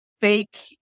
fake